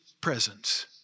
presence